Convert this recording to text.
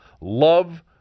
Love